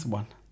one